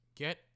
Get